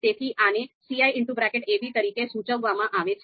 તેથી આને Cab તરીકે સૂચવવામાં આવે છે